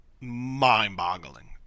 mind-boggling